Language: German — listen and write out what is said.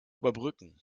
überbrücken